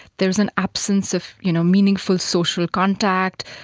there is an absence of you know meaningful social contact,